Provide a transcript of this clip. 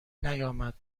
نیامد